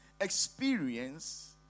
experience